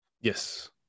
yes